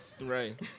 Right